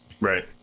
Right